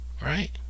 Right